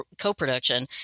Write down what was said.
co-production